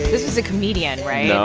this is a comedian, right?